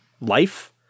life